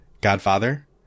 Godfather